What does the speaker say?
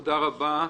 תודה רבה.